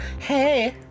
hey